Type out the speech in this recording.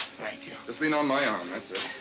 thank you. just lean on my arm. that's it.